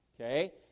okay